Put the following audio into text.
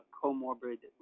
comorbid